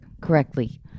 correctly